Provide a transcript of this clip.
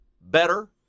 better